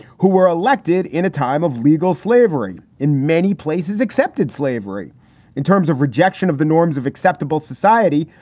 who were elected in a time of legal slavery in many places, accepted slavery in terms of rejection of the norms of acceptable society.